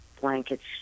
blankets